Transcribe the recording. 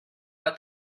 but